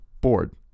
bored